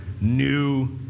New